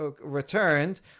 returned